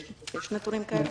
יש נתונים כאלה?